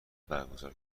برگزار